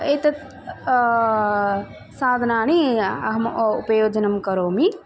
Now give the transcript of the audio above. एते साधनानाम् अहम् उपयोजनं करोमि